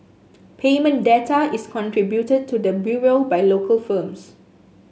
payment data is contributed to the Bureau by local firms